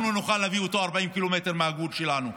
אנחנו נוכל להביא אותו 40 קילומטר מהגבול שלנו.